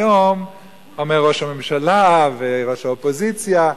היום אומרים ראש הממשלה וראש האופוזיציה.